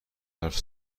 حرف